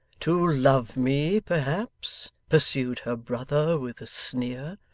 to love me, perhaps pursued her brother with a sneer.